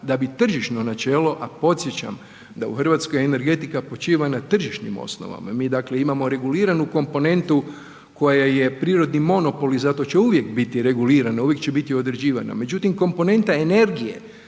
da bi tržišno načelo, a podsjećam da u Hrvatskoj energetika počiva na tržišnim osnovama, mi dakle imamo reguliranu komponentu koja je prirodni monopol i zato će uvijek biti regulirana, uvijek će biti određivana, međutim komponenta energije